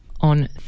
on